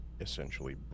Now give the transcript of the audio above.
essentially